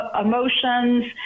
emotions